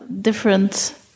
different